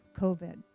COVID